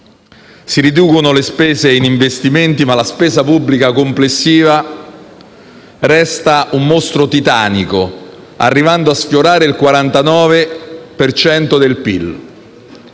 Si riducono le spese in investimenti, ma la spesa pubblica complessiva resta un mostro titanico, arrivando a sfiorare il 49 per